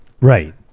Right